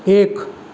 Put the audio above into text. એક